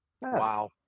Wow